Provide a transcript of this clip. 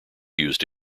used